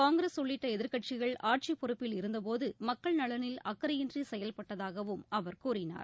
காங்கிரஸ் உள்ளிட்ட எதிர்க்கட்சிகள் ஆட்சிப் பொறுப்பில் இருந்தபோது மக்கள் நலனில் அக்கறையின்றி செயல்பட்டதாகவும் அவர் கூறினார்